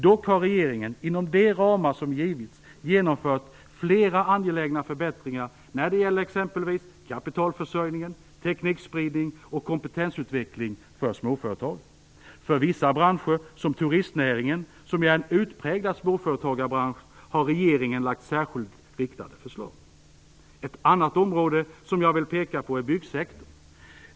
Dock har regeringen, inom de ramar som givits, genomfört flera angelägna förbättringar när det gäller exempelvis kapitalförsörjning, teknikspridning och kompetensutveckling för småföretagen. För vissa branscher - som turistnäringen, som ju är en utpräglad småföretagarbransch - har regeringen lagt fram särskilt riktade förslag. Ett annat område som jag vill peka på är byggsektorn.